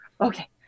okay